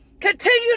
Continue